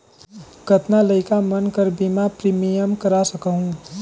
कतना लइका मन कर बीमा प्रीमियम करा सकहुं?